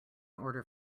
order